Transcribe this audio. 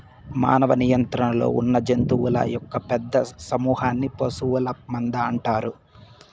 మానవ నియంత్రణలో ఉన్నజంతువుల యొక్క పెద్ద సమూహన్ని పశువుల మంద అంటారు